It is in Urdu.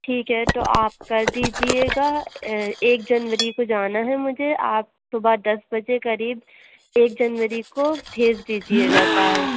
ٹھیک ہے تو آپ کر دیجیے گا اے ایک جنوری کو جانا ہے مجھے آپ صُبح دس بجے قریب ایک جنوری کو بھیج دیجیے گا کار